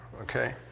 okay